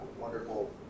wonderful